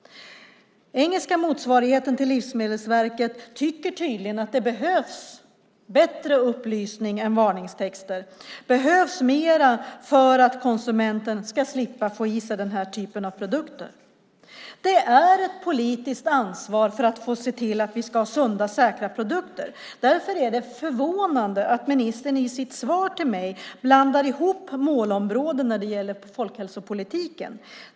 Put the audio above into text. Engelska motsvarigheten till Livsmedelsverket tycker tydligen att det behövs bättre upplysning än varningstexter och mer för att konsumenten ska slippa få i sig den här typen av produkter. Det är ett politiskt ansvar att se till att vi ska ha sunda och säkra produkter. Därför är det förvånande att ministern i sitt svar till mig blandar ihop målområden när det gäller folkhälsopolitiken.